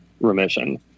remission